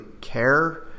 care